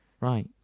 Right